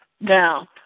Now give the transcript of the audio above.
Now